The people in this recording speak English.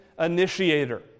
initiator